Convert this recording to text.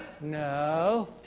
No